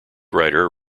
writer